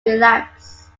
relapse